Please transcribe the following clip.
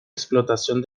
explotación